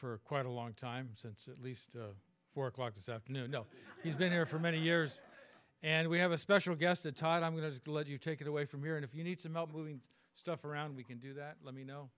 for quite a long time since at least four o'clock this afternoon know he's been here for many years and we have a special guest to talk i'm going to let you take it away from here and if you need some help moving stuff around we can do that let me know